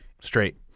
Straight